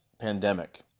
pandemic